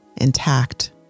intact